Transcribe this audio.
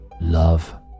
love